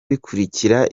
bikurikira